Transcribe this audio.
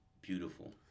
beautiful